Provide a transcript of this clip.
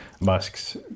Musk's